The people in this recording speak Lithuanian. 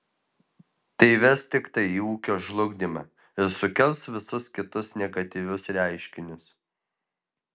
tai ves tiktai į ūkio žlugdymą ir sukels visus kitus negatyvius reiškinius